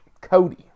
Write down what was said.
Cody